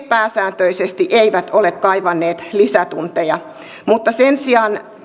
pääsääntöisesti eivät ole kaivanneet lisätunteja mutta sen sijaan